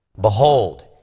Behold